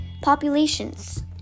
populations